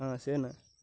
ஆ சரிண்ணே